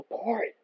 apart